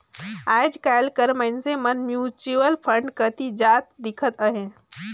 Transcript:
आएज काएल कर मइनसे मन म्युचुअल फंड कती जात दिखत अहें